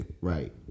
Right